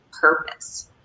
purpose